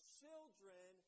children